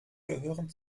gehören